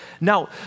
Now